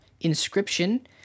Inscription